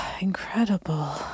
incredible